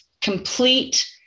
complete